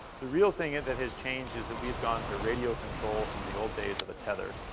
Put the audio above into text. the real thing that has changed is that we gone to radio control from the old days of a tether.